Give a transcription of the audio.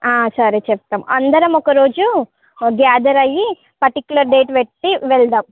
సరే చెప్తాం అందరం ఒక రోజు గ్యాదర్ అయ్యి పర్టికులర్ డేట్ పెట్టి వెళ్దాం